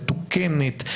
מתוקנת,